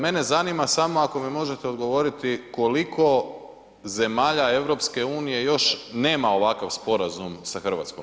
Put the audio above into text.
Mene zanima samo ako mi možete odgovoriti koliko zemalja EU još nema ovakav sporazum sa RH?